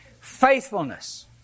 Faithfulness